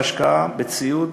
בהשקעה בציוד